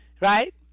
right